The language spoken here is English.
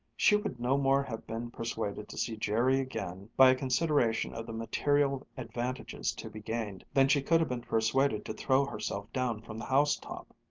she would no more have been persuaded to see jerry again, by a consideration of the material advantages to be gained, than she could have been persuaded to throw herself down from the housetop.